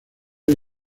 hay